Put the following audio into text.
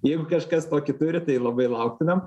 jeigu kažkas tokį turi tai labai lauktumėm